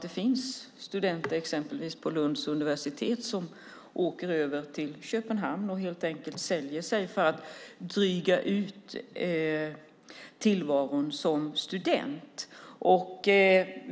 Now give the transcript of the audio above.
Det finns studenter exempelvis på Lunds universitet som åker över till Köpenhamn och helt enkelt säljer sig för att dryga ut tillvaron som student.